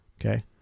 Okay